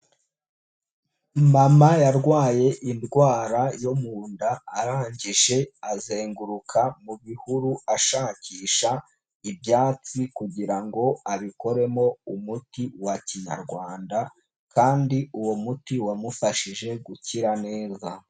Mama yarwaye indwara yo mu nda, arangije azenguruka mu bihuru ashakisha ibyatsi kugira abikoremo umuti wa kinyarwanda kandi uwo muti wamufashije gukira neza.